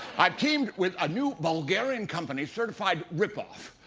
i've teamed with a new bulgarian company, certified rip-off.